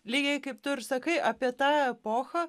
lygiai kaip tu ir sakai apie tą epochą